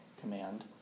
command